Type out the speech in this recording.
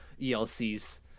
ELCs